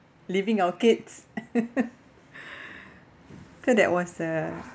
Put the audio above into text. leaving our kids cause that was a